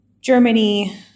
Germany